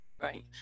Right